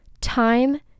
Time